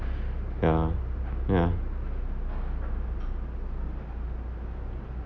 ya yeah